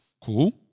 Cool